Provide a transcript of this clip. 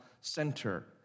center